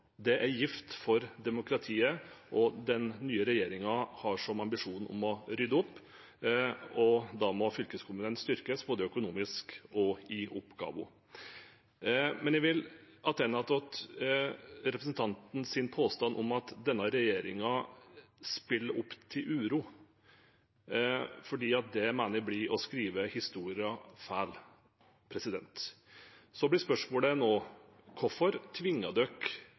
er gift for demokratiet, og den nye regjeringen har som ambisjon å rydde opp. Da må fylkeskommunene styrkes når det gjelder både økonomi og oppgaver. Men jeg vil gå tilbake til representantens påstand om at denne regjeringen spiller opp til uro, fordi jeg mener at det blir å skrive historien feil. Så blir spørsmålet: Hvorfor